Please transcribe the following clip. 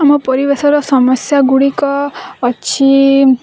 ଆମ ପରିବେଶର ସମସ୍ୟାଗୁଡ଼ିକ ଅଛି